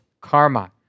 Karma